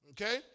Okay